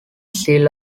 seal